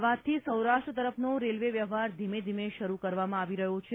અમદાવાદથી સૌરાષ્ટ્ર તરફનો રેલ્વે વ્યવહાર ધીમે ધીમે શરુ કરવામાં આવી રહ્યો છે